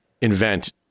invent